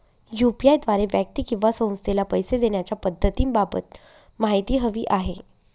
UPI द्वारे व्यक्ती किंवा संस्थेला पैसे देण्याच्या पद्धतींबाबत माहिती हवी आहे